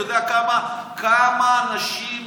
אתה יודע כמה אנשים מתפרנסים?